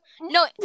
no